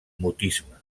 mutisme